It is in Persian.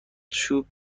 چوب